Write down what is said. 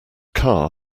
car